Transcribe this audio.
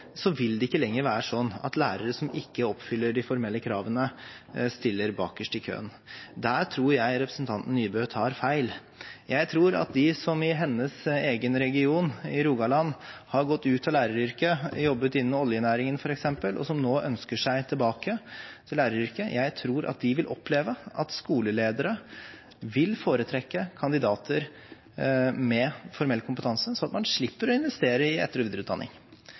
vil det ikke lenger være sånn at lærere som ikke oppfyller de formelle kravene, stiller bakerst i køen: Der tror jeg representanten Nybø tar feil. Jeg tror at de som i hennes egen region, i Rogaland, har gått ut av læreryrket, jobbet innen oljenæringen f.eks., og som nå ønsker seg tilbake til læreryrket, vil oppleve at skoleledere vil foretrekke kandidater med formell kompetanse, slik at man slipper å investere i etter- og videreutdanning.